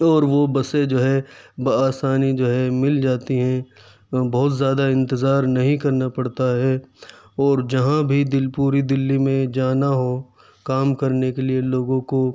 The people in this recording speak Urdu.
اور وہ بسیں جو ہے بہ آسانی جو ہے مل جاتی ہیں بہت زیادہ انتظار نہیں کرنا پڑتا ہے اور جہاں بھی دل پوری دلی میں جانا ہو کام کرنے کے لیے لوگوں کو